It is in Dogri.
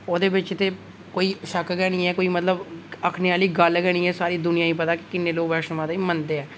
ओह्दे बिच ते कोई शक के नी ऐ कोई मतलब आखदे आह्ली गल्ल के नी ऐ मतलब सारी दुनिया गी पता कि किन्ने लोग वैष्णो माता गी मनदे ऐ